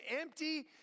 empty